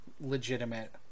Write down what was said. legitimate